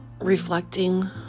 reflecting